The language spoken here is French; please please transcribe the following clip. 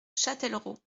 châtellerault